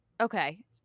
okay